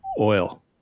oil